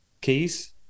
keys